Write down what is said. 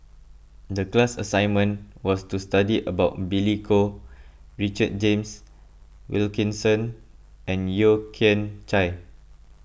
the class assignment was to study about Billy Koh Richard James Wilkinson and Yeo Kian Chai